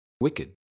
Wicked